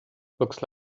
looks